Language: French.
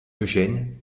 eugène